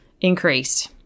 increased